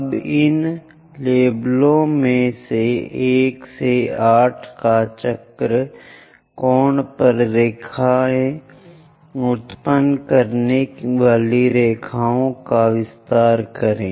अब इन लेबलों में से 1 2 3 4 5 6 7 8 का चक्र कोण पर रेखाएं उत्पन्न करने वाली रेखाओं का विस्तार करें